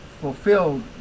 fulfilled